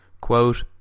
Quote